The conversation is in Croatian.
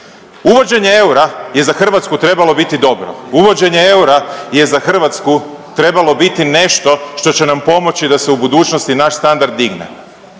Uvođenje eura je za Hrvatsku trebalo biti dobro. Uvođenje eura je za Hrvatsku trebalo biti nešto što će nam pomoći da se u budućnosti naš standard digne.